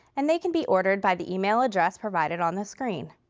and they can be ordered by the e-mail address provided on the screen.